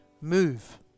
Move